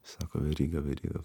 sako veryga veryga